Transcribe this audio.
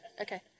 Okay